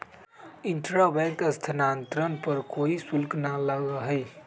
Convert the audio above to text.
intra bank स्थानांतरण पर कोई शुल्क ना लगा हई